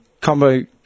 Combo